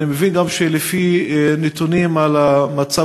אני מבין גם שלפי הנתונים על המצב